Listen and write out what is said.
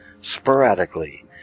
sporadically